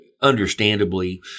understandably